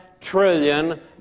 trillion